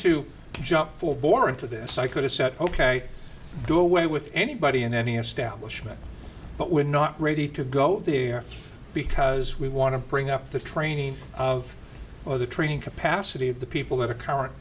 to jump for war into this i could have said ok do away with anybody in any establishments but we're not ready to go there because we want to bring up the training of or the training capacity of the people who are current